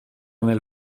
nel